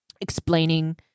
explaining